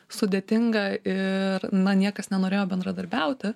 sudėtinga ir na niekas nenorėjo bendradarbiauti